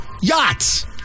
Yachts